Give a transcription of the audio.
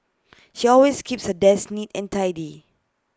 she always keeps her desk neat and tidy